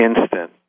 instant